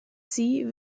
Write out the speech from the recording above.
sea